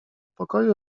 pokoju